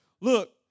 Look